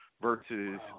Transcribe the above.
versus